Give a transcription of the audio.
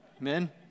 Amen